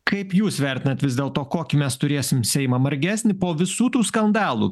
kaip jūs vertinat vis dėlto kokį mes turėsim seimą margesnį po visų tų skandalų